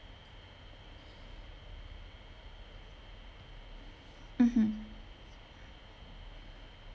mmhmm